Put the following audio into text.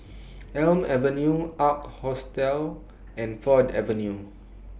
Elm Avenue Ark Hostel and Ford Avenue